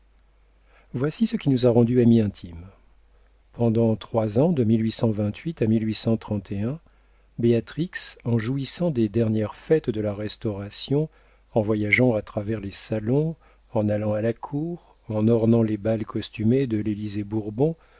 voici ce qui nous a rendues amies intimes pendant trois ans de à béatrix en jouissant des dernières fêtes de la restauration en voyageant à travers les salons en allant à la cour en ornant les bals costumés de l'élysée-bourbon